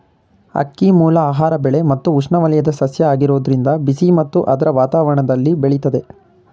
ಅಕ್ಕಿಮೂಲ ಆಹಾರ ಬೆಳೆ ಮತ್ತು ಉಷ್ಣವಲಯದ ಸಸ್ಯ ಆಗಿರೋದ್ರಿಂದ ಬಿಸಿ ಮತ್ತು ಆರ್ದ್ರ ವಾತಾವರಣ್ದಲ್ಲಿ ಬೆಳಿತದೆ